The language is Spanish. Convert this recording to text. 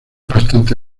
bastante